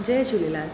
Jay Jhulelal